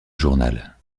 journal